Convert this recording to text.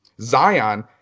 Zion